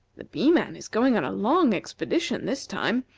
the bee-man is going on a long expedition this time,